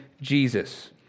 Jesus